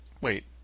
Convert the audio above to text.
Wait